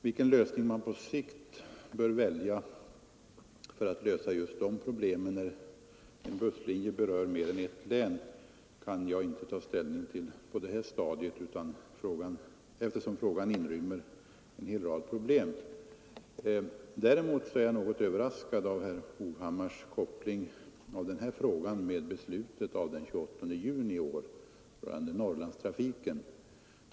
Vilken lösning man på sikt bör välja för de fall där en busslinje berör mer än ett län kan jag inte ta ställning till just nu, eftersom frågan inrymmer en hel rad problem. Jag är emellertid något överraskad av herr Hovhammars koppling av denna fråga till beslutet av den 28 juni i år rörande Norrlandstrafiken.